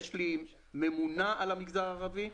יש לי ממונה על המגזר הערבי,